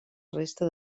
resta